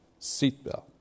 seatbelt